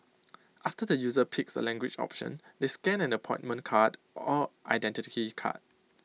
after the user picks A language option they scan an appointment card or Identity Card